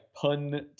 pun